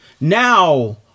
now